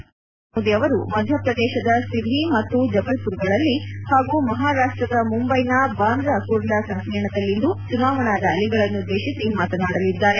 ಪ್ರಧಾನಮಂತ್ರಿ ನರೇಂದ್ರ ಮೋದಿ ಅವರು ಮಧ್ಯಪ್ರದೇಶದ ಸಿಧಿ ಮತ್ತು ಜಬಲ್ಪುರ್ಗಳಲ್ಲಿ ಹಾಗೂ ಮಹಾರಾಷ್ಟ್ವದ ಮುಂಬೈನ ಬಾಂಧ್ರಾ ಕುರ್ಲಾ ಸಂಕೀರ್ಣದಲ್ಲಿಂದು ಚುನಾವಣಾ ರ್ಯಾಲಿಗಳನ್ನುದ್ಗೇಶಿಸಿ ಮಾತನಾಡಲಿದ್ದಾರೆ